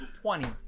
Twenty